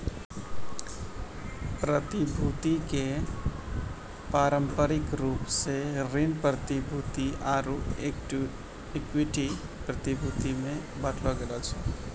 प्रतिभूति के पारंपरिक रूपो से ऋण प्रतिभूति आरु इक्विटी प्रतिभूति मे बांटलो गेलो छै